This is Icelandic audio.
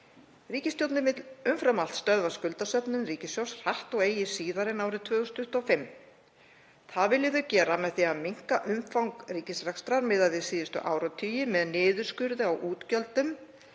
Ríkisstjórnin vill umfram allt stöðva skuldasöfnun ríkissjóðs hratt og eigi síðar en árið 2025. Það vilja þau gera með því að minnka umfang ríkisrekstrar miðað við síðustu áratugi með niðurskurði á útgjöldum.